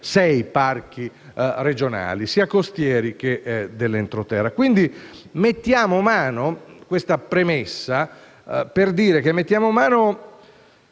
sei parchi regionali, sia costieri che dell'entroterra. Ho fatto questa premessa per dire che mettiamo mano